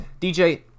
DJ